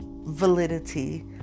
validity